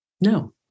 No